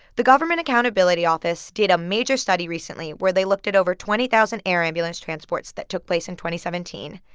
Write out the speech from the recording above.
the government accountability office did a major study recently where they looked at over twenty thousand air ambulance transports that took place in two seventeen.